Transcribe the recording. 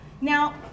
Now